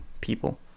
people